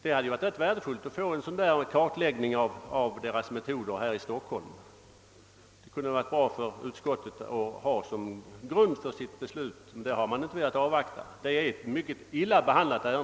Det hade varit värdefullt för utskottet att få en sådan kartläggning av inkassobyråernas metoder här i Stockholm som grund för sitt beslut, men man har inte velat vänta på den. Jag vågar påstå att detta ärende är mycket illa behandlat.